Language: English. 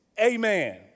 amen